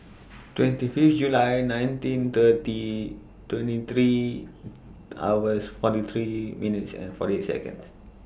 twenty Fifth July nineteen thirty twenty three hours forty three minutes and forty Seconds